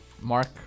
Mark